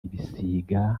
bisiga